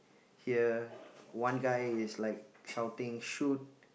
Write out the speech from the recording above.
here one guy is like shouting shoot